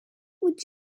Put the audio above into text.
which